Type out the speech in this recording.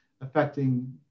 affecting